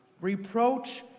Reproach